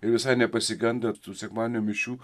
ir visai nepasigenda tų sekmadienio mišių